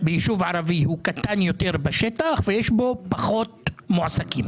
ביישוב ערבי קטן יותר בשטח ויש בו פחות מועסקים?